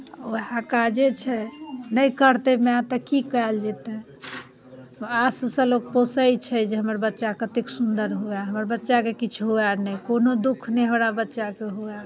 उएह काजे छै नहि करतै माय तऽ की कयल जेतै आशसँ लोक पोसैत छै जे हमर बच्चा कतेक सुन्दर हुए हमर बच्चाकेँ किछु हुए नहि कोनो दुःख नहि हमरा बच्चाके हुए